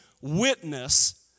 witness